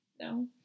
No